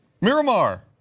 Miramar